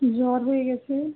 জ্বর হয়ে গিয়েছে